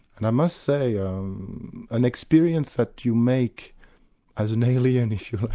and i must say um an experience that you make as an alien, if you like,